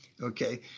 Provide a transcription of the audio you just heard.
Okay